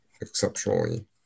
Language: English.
exceptionally